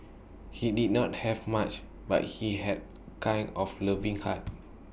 he did not have much but he had kind of loving heart